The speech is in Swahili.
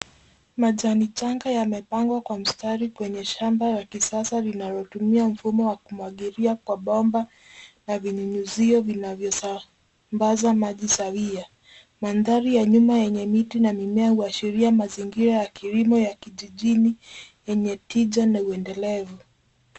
Majani changa yamepangwa kwa mstari kwenye shamba la kisasa linalotumia mfumo wa kumwagilia kwa bomba, na vinyunyuzio vinavyosambaza maji sawia. Mandhari ya nyuma yenye miti na mimea huashiria mazingira ya kilimo ya kijijini yenye tija na uendelevu.